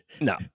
No